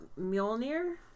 Mjolnir